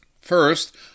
First